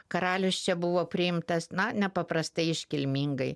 karalius čia buvo priimtas na nepaprastai iškilmingai